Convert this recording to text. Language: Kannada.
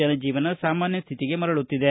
ಜನಜೀವನ ಸಾಮಾನ್ಯ ಸ್ಥಿತಿಗೆ ಮರಳುತ್ತಿದೆ